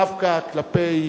דווקא כלפי,